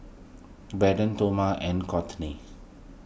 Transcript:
Braden Toma and Cortney